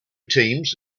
teams